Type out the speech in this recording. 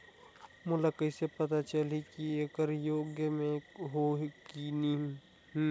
मोला कइसे पता चलही की येकर योग्य मैं हों की नहीं?